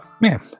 Man